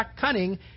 cunning